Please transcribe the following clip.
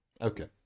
okay